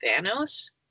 Thanos